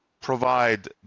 provide